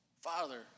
Father